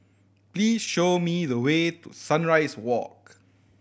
please show me the way to Sunrise Walk